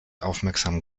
aufmerksam